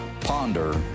ponder